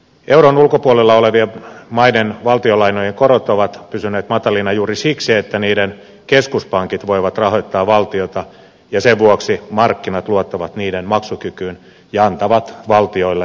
euron ulkopuolella olevien maiden valtionlainojen korot ovat pysyneet matalina juuri siksi että niiden keskuspankit voivat rahoittaa valtiota ja sen vuoksi markkinat luottavat niiden maksukykyyn ja antavat valtioille edullista lainaa